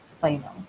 final